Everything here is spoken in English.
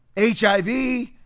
HIV